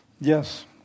Yes